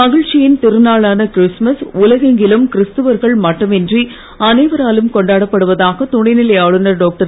மகிழ்ச்சியின் திருநாளான கிறிஸ்துமஸ் உலகெங்கிலும் கிறிஸ்துவர்கள் மட்டுமின்றி அனைவராலும் கொண்டாடப்படுவதாக துணைநிலை ஆளுநர் டாக்டர்